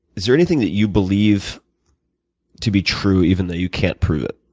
there anything that you believe to be true even though you can't prove it?